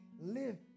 live